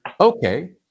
Okay